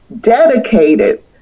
dedicated